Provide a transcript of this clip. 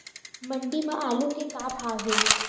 मंडी म आलू के का भाव हे?